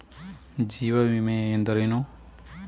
ಜೀವ ವಿಮೆ ಎಂದರೇನು?